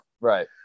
Right